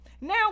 Now